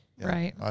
right